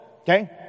okay